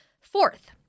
Fourth